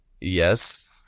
Yes